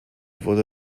wurde